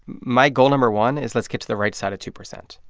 my goal, number one, is let's get to the right side of two percent.